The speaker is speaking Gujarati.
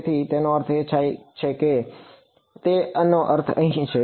તેથી તેનો અર્થ થાય છે તેથી તેનો અર્થ અહીં છે